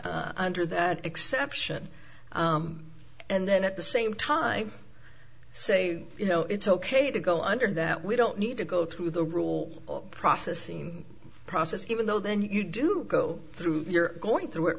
shoehorn under that exception and then at the same time say you know it's ok to go under that we don't need to go through the rule process seem process even though then you do go through you're going through it